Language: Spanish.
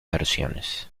versiones